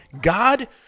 God